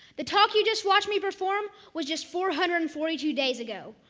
the talk you just watched me perform was just four hundred and forty two days ago,